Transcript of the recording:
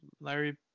Larry